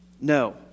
No